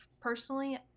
personally